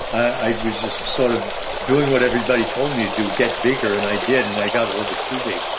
i was just sort of doing what everybody told me to get bigger, and i did, and i got a little bit too big,